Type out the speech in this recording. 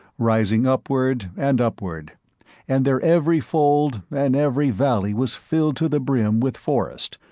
rising upward and upward and their every fold and every valley was filled to the brim with forest,